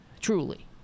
truly